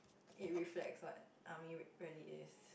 it reflects what army really is